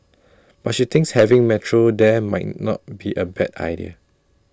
but she thinks having metro there may not be A bad idea